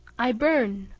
i burn!